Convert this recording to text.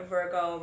Virgo